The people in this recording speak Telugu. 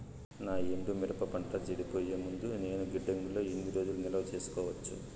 నా ఎండు మిరప పంట చెడిపోయే ముందు నేను గిడ్డంగి లో ఎన్ని రోజులు నిలువ సేసుకోవచ్చు?